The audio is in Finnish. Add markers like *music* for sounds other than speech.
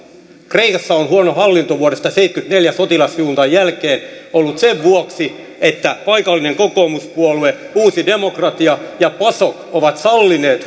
kreikassa on ollut huono hallinto vuodesta seitsemänkymmentäneljä sotilasjuntan jälkeen sen vuoksi että paikallinen kokoomuspuolue uusi demokratia ja pasok ovat sallineet *unintelligible*